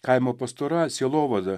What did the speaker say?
kaimo pastoraciją sielovadą